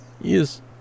yes